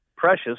precious